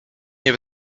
nie